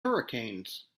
hurricanes